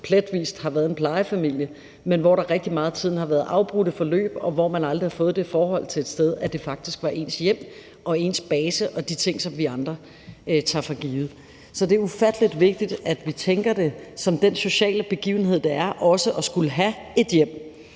pletvis har været en plejefamilie, men hvor der rigtig meget af tiden har været afbrudte forløb, og hvor man aldrig har fået det forhold til et sted, at det faktisk var ens hjem og ens base og de ting, som vi andre tager for givet. Så det er ufattelig vigtigt, at vi tænker det som den sociale begivenhed, det er, også at skulle have et hjem